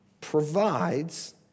provides